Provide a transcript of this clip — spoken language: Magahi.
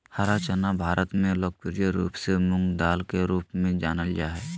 हरा चना भारत में लोकप्रिय रूप से मूंगदाल के रूप में जानल जा हइ